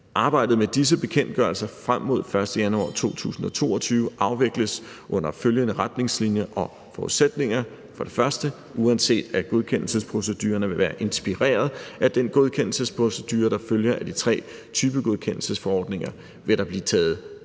Arbejdet med disse bekendtgørelser frem mod 1. januar 2022 afvikles under følgende retningslinjer og forudsætninger: – Uanset at godkendelsesprocedurerne vil være inspireret af den godkendelsesprocedure, der følger af de tre typegodkendelsesforordninger, vil der blive taget